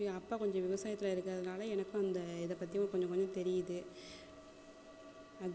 என் அப்பா கொஞ்சம் விவசாயத்தில் இருக்கிறதுனால எனக்கும் அந்த இதை பற்றியும் கொஞ்சம் கொஞ்சம் தெரியுது